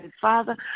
Father